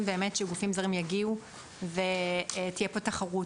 שגופים זרים יגיעו ותהיה כאן תחרות.